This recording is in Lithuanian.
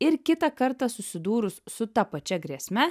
ir kitą kartą susidūrus su ta pačia grėsme